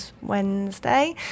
wednesday